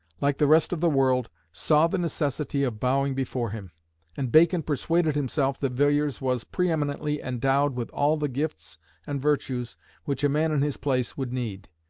like the rest of the world, saw the necessity of bowing before him and bacon persuaded himself that villiers was pre-eminently endowed with all the gifts and virtues which a man in his place would need.